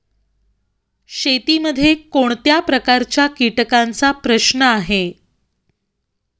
शेतीमध्ये कोणत्या प्रकारच्या कीटकांचा प्रश्न आहे?